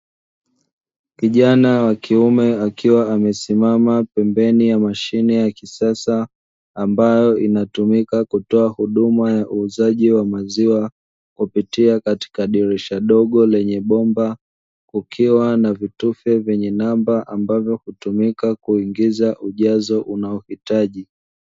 Kijana wa kiume akiwa amesimama pembeni ya mashine ya kisasa, ambayo inatumika kutoa huduma ya uuzaji wa maziwa, kupitia katika dirisha dogo lenye bomba. Kukiwa na vitufe vyenye namba ambavyo hutumika kuingiza ujazo unao uhitaji.